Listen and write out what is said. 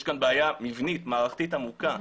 יש כאן בעיה מבנית ומערכתית עמוקה.